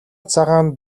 цагаан